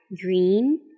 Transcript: green